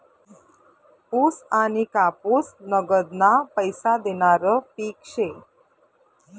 ऊस आनी कापूस नगदना पैसा देनारं पिक शे